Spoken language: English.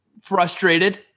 frustrated